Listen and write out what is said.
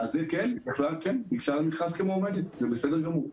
כן, היא ניגשה למכרז כמועמדת, זה בסדר גמור.